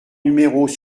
numéros